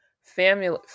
family